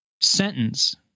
sentence